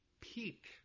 peak